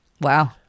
Wow